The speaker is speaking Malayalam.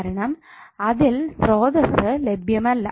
കാരണം അതിൽ സ്രോതസ്സ് ലഭ്യമല്ല